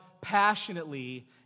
passionately